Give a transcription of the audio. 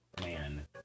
man